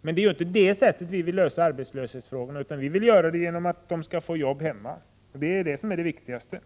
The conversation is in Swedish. Men det är inte på det sättet som vi vill lösa arbetslöshetsproblemen, utan vi vill att människorna skall få jobb hemma. Det är det som är det viktigaste.